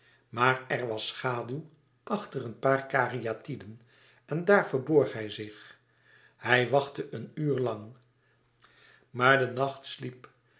maar er was schaduw achter een paar karyatiden en daar verborg hij zich hij wachtte een uur lang maar de nacht sliep